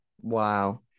Wow